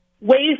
ways